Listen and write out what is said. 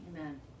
Amen